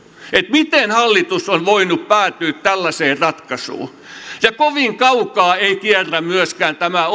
miten hallitus on voinut päätyä tällaiseen ratkaisuun ja kovin kaukaa ei kierrä myöskään tämä